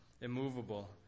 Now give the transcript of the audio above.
immovable